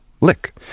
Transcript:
lick